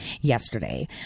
yesterday